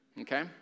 okay